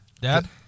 Dad